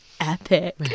epic